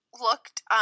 looked